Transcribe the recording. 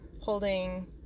holding